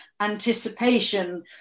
anticipation